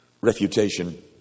refutation